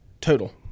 total